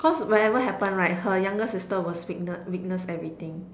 cause whatever happened right her younger sister was witness witness everything